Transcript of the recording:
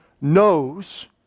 knows